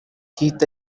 gihita